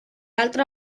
altra